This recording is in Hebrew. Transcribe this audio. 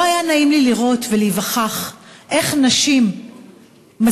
לא היה נעים לי לראות ולהיווכח איך נשים משכילות,